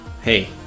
hey